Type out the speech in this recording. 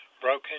broken